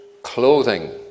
Clothing